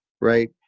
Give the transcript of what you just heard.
right